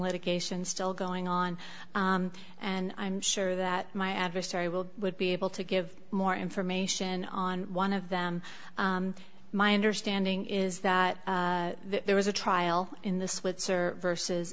litigation still going on and i'm sure that my adversary will would be able to give more information on one of them my understanding is that there was a trial in the switzer versus